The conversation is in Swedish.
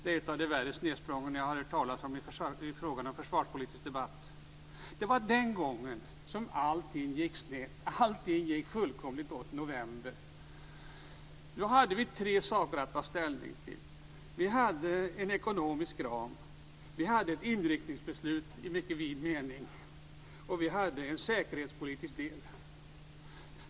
Det är ett av de värre snedsprång som jag har hört talas om i fråga om försvarspolitisk debatt. Det var den gången som allting gick snett, allting gick fullkomligt åt november. Då hade vi tre saker att ta ställning till. Vi hade en ekonomisk ram. Vi hade ett inriktningsbeslut i mycket vid mening. Vi hade en säkerhetspolitisk del.